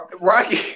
Rocky